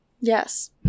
Yes